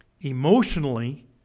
emotionally